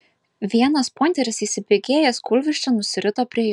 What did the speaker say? vienas pointeris įsibėgėjęs kūlvirsčia nusirito prie jo